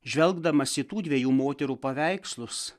žvelgdamas į tų dviejų moterų paveikslus